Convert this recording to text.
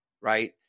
right